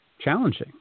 challenging